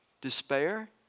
despair